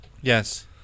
yes